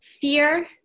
fear